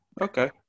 Okay